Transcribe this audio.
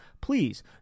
Please